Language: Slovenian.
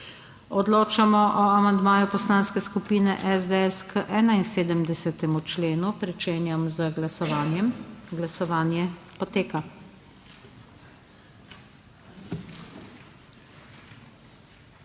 Odločamo o amandmaju Poslanske skupine SDS k 71. členu. Pričenjam z glasovanjem. Glasujemo.